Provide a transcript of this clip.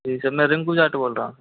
जी sir मैं रिंकू जाट बोल रहा हूँ